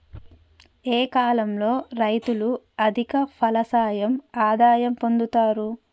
ఏ కాలం లో రైతులు అధిక ఫలసాయం ఆదాయం పొందుతరు?